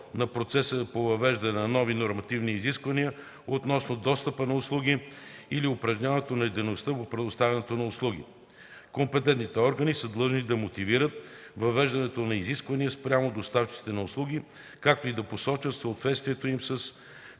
на процеса по въвеждане на нови нормативни изисквания относно достъпа до услуги или упражняването на дейности по предоставяне на услуги. Компетентните органи са длъжни да мотивират въвеждането на изисквания спрямо доставчиците на услуги, както и да посочат съответствието им с